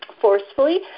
forcefully